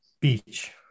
Beach